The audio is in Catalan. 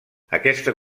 aquesta